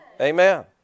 Amen